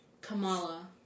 Kamala